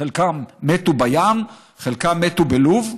חלקם מתו בים, חלקם מתו בלוב,